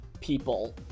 people